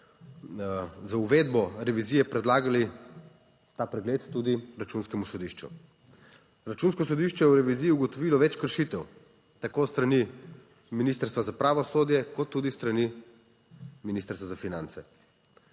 z uvedbo revizije predlagali ta pregled tudi Računskemu sodišču. Računsko sodišče je v reviziji ugotovilo več kršitev, tako s strani Ministrstva za pravosodje kot tudi s strani Ministrstva za finance.